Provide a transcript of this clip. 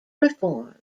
reform